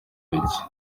intoki